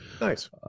Nice